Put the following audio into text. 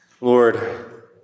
Lord